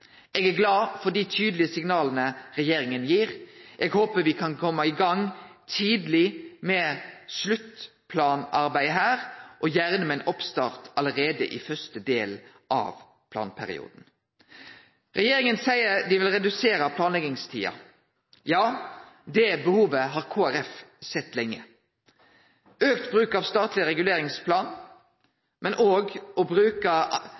Eg er glad for dei tydelege signala regjeringa gir. Eg håpar me kan kome i gang tidleg med sluttplanarbeidet her, og gjerne med ein oppstart allereie i første delen av planperioden. Regjeringa seier dei vil redusere planleggingstida. Det behovet har Kristeleg Folkeparti sett lenge. Auka bruk av statleg reguleringsplan, men òg å